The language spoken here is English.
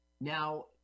now